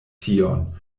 tion